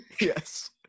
Yes